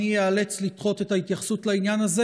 אני איאלץ לדחות את ההתייחסות לעניין הזה,